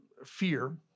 fear